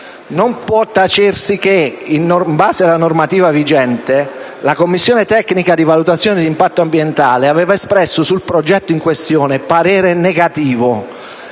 Non può tacersi che, in base alla normativa vigente, la commissione tecnica di valutazione di impatto ambientale aveva espresso sul progetto in questione parere negativo